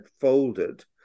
folded